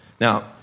Now